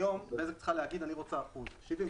היום בזק צריכה להגיד: אני רוצה אחוז מסוים,